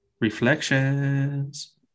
reflections